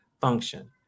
function